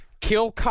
Kill